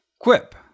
Quip